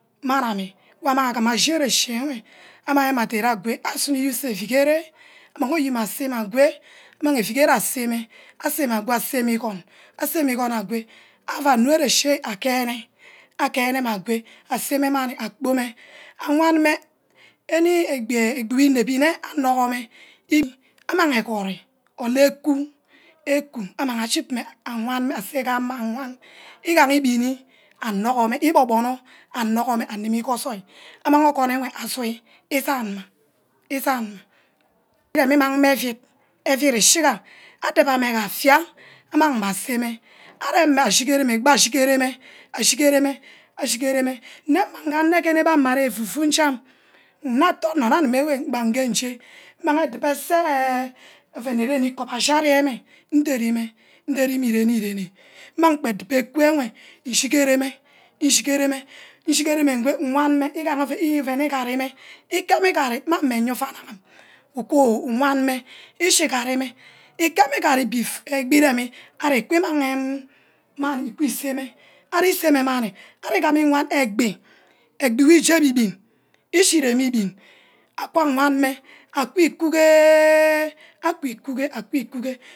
Mani ameh wor aguma ashi ere-chi enwe, amang meh adere agwe asynor iseh euige-reh amang oyim aseme agwe, amang euife-reh asemeh, osemeh ago asemeh igun, aseme igun agwe aua anu erechi agearner, agearnumeh agwe aseme mani akporma awan meh ani egbi wor inep nna anugumeh, amang agori or eka, ekum amang ship meh amang asohy gamah, igaha ibini anugu meh ibonor-bornor anugur meh animi gur osoil, amang ogun nemeh asuyi isan-meh, isan-mah, eremi imang meh euid, euid isihiga, ademeh gah afia amang meh aseme, aremeh ashigere agbor ashigere-meh, asjigere meh, ashigereh meh me nga anogene gba arear fufu njam, nnor utonor nne anim ewe gbange njee, mmang edubor eseh ouen-neh ren ekubor ashi ere nderi-meh ireni-rene, mang adubor eku enwe ishige-re meh, ishigere meh, nshigere nwan meh igaha ouen igarimeh, itameh igari mmang meh nyeah ouanagim uku uwan meh, ishi igari meh. Hameh igari before egbi iremi ari iku mangeh mani iku isemeh, ari isemeh mani, ari gana iwan egbi, egbi wor ije ebi-bin, ishi remi ebin aku awan meh aki-ku ehh- aku iku-ke, aki- ku gee.